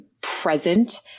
present